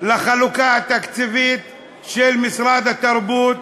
לחלוקה התקציבית של משרד התרבות